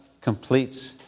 completes